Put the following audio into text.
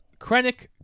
Krennic